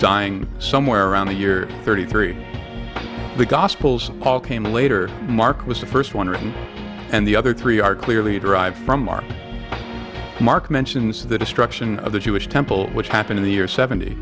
dying somewhere around the year thirty three the gospels all came later mark was the first one written and the other three are clearly derived from mark mark mentions the destruction of the jewish temple which happened in the year seventy